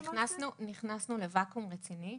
נכנסנו לוואקום רציני.